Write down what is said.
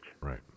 Right